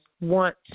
want